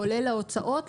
כולל ההוצאות,